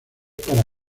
para